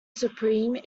supreme